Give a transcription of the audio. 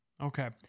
Okay